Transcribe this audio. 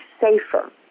safer